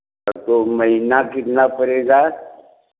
तो महीना कितना पड़ेगा